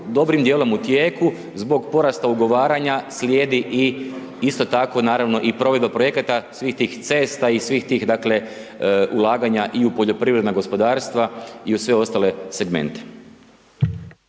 dobrim dijelom u tijeku zbog porasta ugovaranja, slijedi i isto tako i provedba projekata, svih tih cesta i svih tih dakle, ulaganja i u poljoprivredna gospodarstva i u sve ostale segmente.